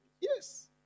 Yes